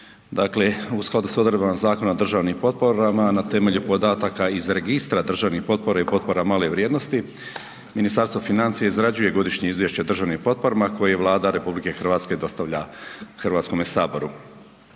dakle u skladu s odredbama Zakon o državnim potporama na temelju podataka iz Registra državnih potpora i potpora male vrijednosti, Ministarstvo financija izrađuje godišnje izvješće o državnim potporama koje Vlada RH dostavlja Hrvatskom saboru.